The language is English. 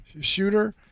shooter